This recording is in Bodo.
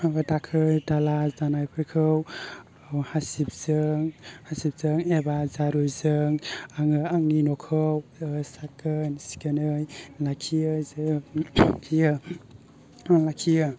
माबा दाखोर दाला जानायफोरखौ हासिबजों हासिबजों एबा जारुजों आङो आंनि न'खौ साखोन सिखोनै लाखियो जों लाखियो आं लाखियो